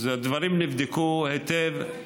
הדברים נבדקו היטב,